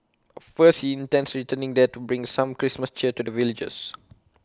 A first he intends returning there to bring some Christmas cheer to the villagers